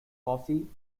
coffee